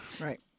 Right